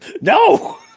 No